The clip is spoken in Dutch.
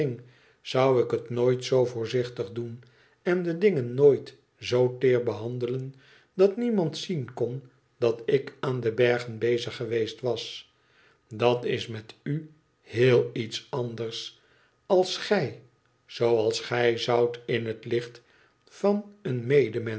zou ik het nooit zoo voorzichtig doen en de dingen nooit z teer behandelen dat niemand zien kon dat ik aan de bergen bezig geweest was dat is met u heel iets anders als gij zooals gij zoudt in het licht van een medemensch